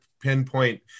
pinpoint